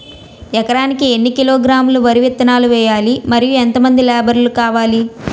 ఎకరానికి ఎన్ని కిలోగ్రాములు వరి విత్తనాలు వేయాలి? మరియు ఎంత మంది లేబర్ కావాలి?